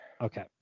Okay